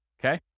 okay